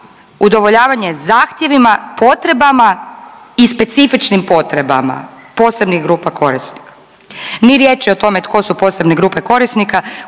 udovoljavanje zahtjevima, potreba i specifičnim potrebama posebnih grupa korisnika. Ni riječi o tome tko su posebne grupe korisnika,